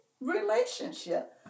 relationship